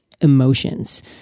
emotions